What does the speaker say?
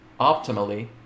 optimally